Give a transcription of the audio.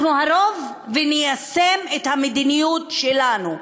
אנחנו הרוב, וניישם את המדיניות שלנו,